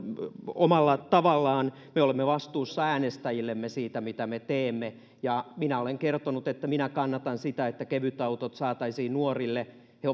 omalla tavallaan me olemme vastuussa äänestäjillemme siitä mitä me teemme ja minä olen kertonut että minä kannatan sitä että kevytautot saataisiin nuorille he